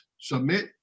submit